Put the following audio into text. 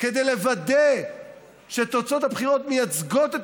כדי לוודא שתוצאות הבחירות מייצגות את